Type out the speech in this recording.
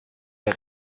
der